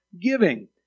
giving